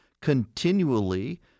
continually